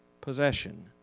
possession